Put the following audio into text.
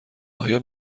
آیا